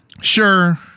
Sure